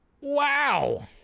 Wow